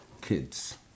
kids